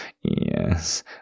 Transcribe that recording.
yes